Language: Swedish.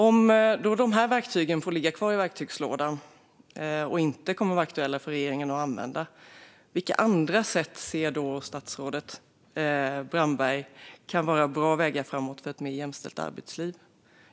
Om verktygen får ligga kvar i verktygslådan och inte kommer att vara aktuella för regeringen att använda, vilka andra sätt ser statsrådet Brandberg kan vara bra vägar framåt för ett mer jämställt arbetsliv?